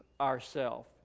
ourself